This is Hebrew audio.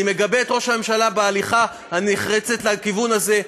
אני מגבה את ראש הממשלה בהליכה הנחרצת בכיוון הזה.